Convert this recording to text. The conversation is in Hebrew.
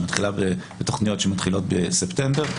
לתכניות שמתחילות בספטמבר,